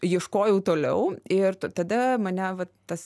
ieškojau toliau ir tada mane vat tas